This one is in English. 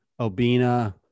obina